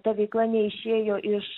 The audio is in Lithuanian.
ta veikla neišėjo iš